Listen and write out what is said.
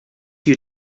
you